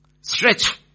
stretch